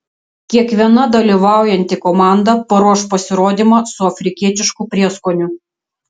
kiekviena dalyvaujanti komanda paruoš pasirodymą su afrikietišku prieskoniu